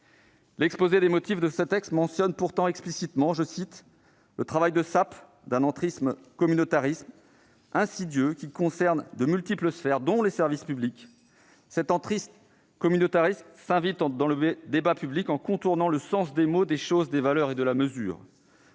L'exposé des motifs mentionne pourtant explicitement le « travail de sape » d'un « entrisme communautariste, insidieux », qui « concerne de multiples sphères [dont] les services publics ». Cet entrisme communautariste « s'invite dans le débat public en détournant le sens des mots, des choses, des valeurs et de la mesure ».